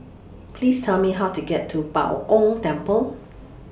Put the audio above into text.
Please Tell Me How to get to Bao Gong Temple